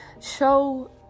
Show